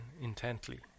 intently